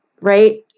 Right